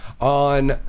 on